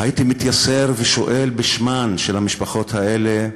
הייתי מתייסר ושואל בשמן של המשפחות האלה,